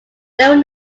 there